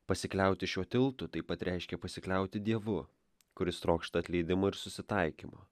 pasikliauti šiuo tiltu taip pat reiškia pasikliauti dievu kuris trokšta atleidimo ir susitaikymo